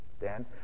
Dan